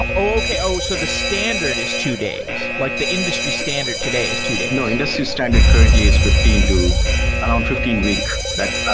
okay. oh, so the standard is two days. like the industry standard today is two days? no. industry standard currently is fifteen to around fifteen week that